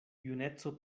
juneco